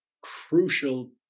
crucial